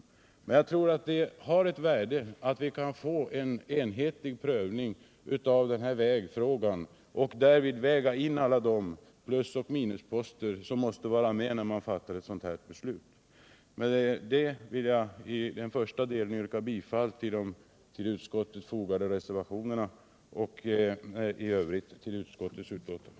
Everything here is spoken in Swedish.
Jag tror emellertid att det har ett värde att vi kan få en enhetlig prövning av denna vägfråga och därvid kan ta hänsyn till alla plusoch minusposter, innan vi fattar ett beslut. Med detta vill jag yrka bifall till de reservationer som fogats till utskottets betänkande och i övrigt bifall till utskottets hemställan.